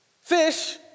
fish